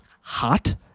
hot